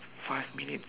five minute